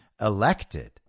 elected